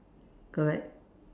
correct